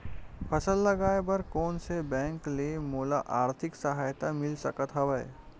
फसल लगाये बर कोन से बैंक ले मोला आर्थिक सहायता मिल सकत हवय?